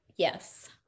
Yes